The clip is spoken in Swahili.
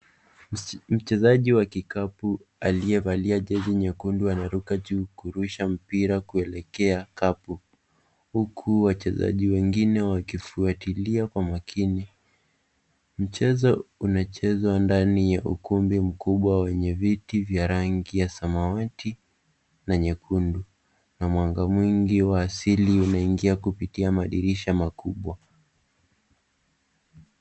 Mchezaji wa kikapu aliyevalia jezi nyekundu anaruka juu kurusha mpira mpira kuelekea kapu, huku wachezaji wengine wakifuatilia kwa makini. Mchezo unachezwa ndani ya ukumbi mkubwa wenye viti vya rangi ya samawati na nyekundu, na mwanga mwingi wa asili unaingia kupitia madirisha makubwa.